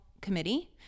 Committee